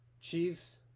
Chiefs